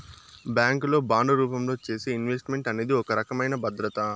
bank లో bond రూపంలో చేసే ఇన్వెస్ట్ మెంట్ అనేది ఒక రకమైన భద్రత